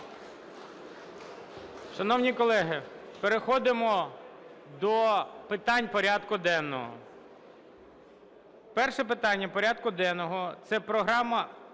Шановні колеги, переходимо до питань порядку денного. Перше питання порядку денного: про Програму